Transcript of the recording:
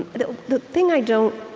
the the thing i don't